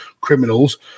criminals